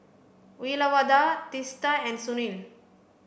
Uyyalawada Teesta and Sunil